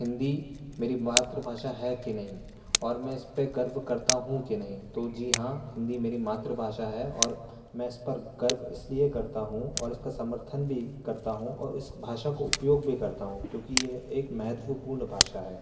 हिंदी मेरी मातृभाषा है कि नहीं और मैं इस पर गर्व करता हूँ कि नहीं तो जी हाँ हिंदी मेरी मातृभाषा है और मैं इस पर गर्व इसलिए करता हूँ और इसका समर्थन भी करता हूँ और इस भाषा को उपयोग भी करता हूँ क्योंकि यह एक महत्वपूर्ण भाषा है